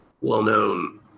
well-known